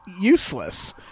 useless